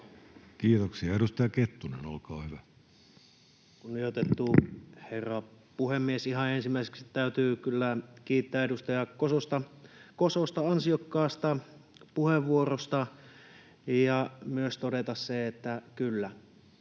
muuttamisesta Time: 22:53 Content: Kunnioitettu herra puhemies! Ihan ensimmäiseksi täytyy kyllä kiittää edustaja Kososta ansiokkaasta puheenvuorosta ja myös todeta se, että kyllä